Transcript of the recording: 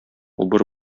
убыр